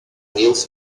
niels